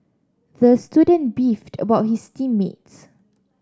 the student beefed about his team mates